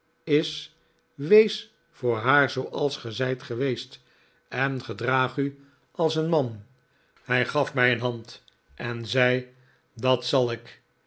is wees voor haar zooals ge zijt geweest en gedraag u als een man hij gaf mij een hand en zei dat zal ik